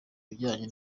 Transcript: bijyanye